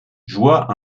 joua